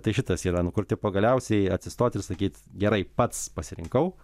tai šitas yra nu kur tipo galiausiai atsistot ir sakyt gerai pats pasirinkau